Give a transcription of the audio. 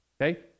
okay